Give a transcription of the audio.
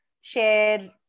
share